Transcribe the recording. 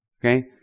Okay